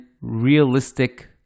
realistic